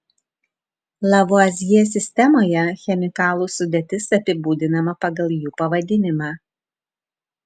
lavuazjė sistemoje chemikalų sudėtis apibūdinama pagal jų pavadinimą